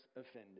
offended